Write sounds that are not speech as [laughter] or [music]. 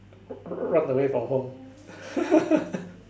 [noise] run away from home [laughs]